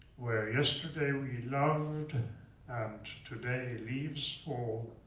where yesterday we loved and today leaves fall,